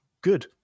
good